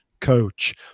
coach